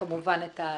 וכמובן, את הסנקציות.